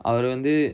அவரு வந்து:avaru vanth